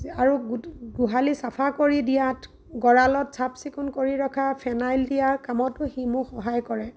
যে আৰু গোত গোহালি চাফা কৰি দিয়াত গঁৰালত চাফ চিকুণ কৰি ৰখা ফেনাইল দিয়া কামতো সি মোক সহায় কৰে